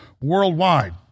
worldwide